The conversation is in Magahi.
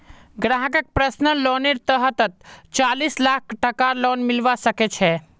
ग्राहकक पर्सनल लोनेर तहतत चालीस लाख टकार लोन मिलवा सके छै